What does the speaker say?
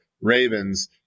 Ravens